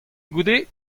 goude